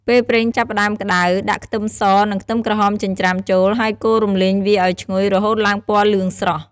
ពេលប្រេងចាប់ផ្ដើមក្ដៅ ដាក់ខ្ទឹមស និងខ្ទឹមក្រហមចិញ្ច្រាំចូល ហើយកូររំលីងវាឱ្យឈ្ងុយ រហូតឡើងពណ៌លឿងស្រស់។